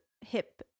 hip